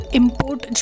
import